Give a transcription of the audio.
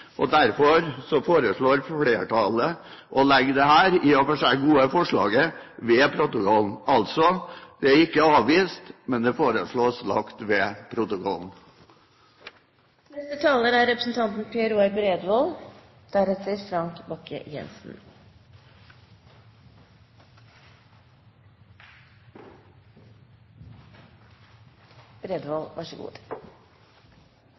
få. Derfor foreslår flertallet å legge dette i og for seg gode forslaget ved protokollen. Altså: Det er ikke avvist, men det foreslås lagt ved protokollen. Dokument 8:100 S for 2009–2010 om en strategi for norsk bergindustri er